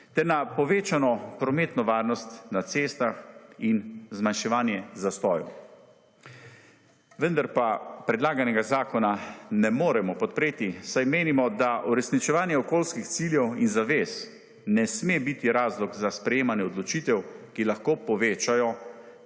ter na povečano prometno varnost na cestah in zmanjševanje zastojev. Vendar pa predlaganega zakona ne moremo podpreti, saj menimo, da uresničevanje okoljskih ciljev in zavez ne sme biti razlog za sprejemanje odločitev, ki lahko povečajo